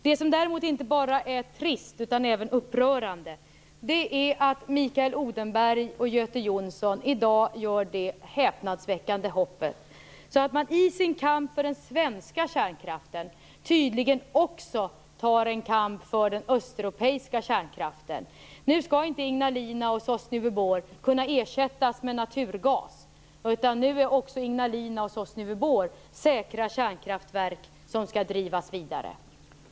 Det som däremot inte bara är trist utan även upprörande är att Mikael Odenberg och Göte Jonsson i dag gör ett häpnadsväckande hopp. I sin kamp för den svenska kärnkraften tar man tydligen en kamp också för den östeuropeiska kärnkraften. Nu skall inte Ignalina och Sosnovyj Bor kunna ersättas med naturgas, utan nu är också Ignalina och Sosnovyj Bor säkra kärnkraftverk som skall drivas vidare.